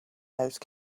those